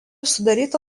sudaryta